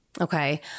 Okay